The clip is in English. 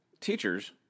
teachers